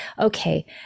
okay